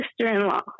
sister-in-law